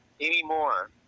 anymore